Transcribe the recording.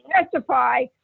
testify